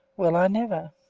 well i never!